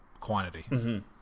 quantity